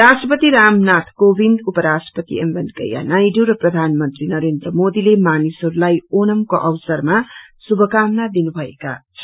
राष्ट्रपति रामनाथ कोविन्द उपराष्ट्रपति एम वेकँया नायडू र प्रधानमंत्री नरेन्द्र मोदीले मानिसहरूलाई ओनामको अवसरमा शुभकामना दिनु भएका छन्